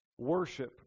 Worship